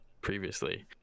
previously